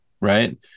right